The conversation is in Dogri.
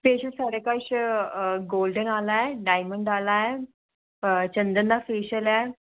फेशियल साढ़े कश गोल्डन आह्ला ऐ डायमंड आह्ला ऐ चंदन दा फेशियल ऐ